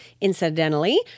incidentally